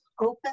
open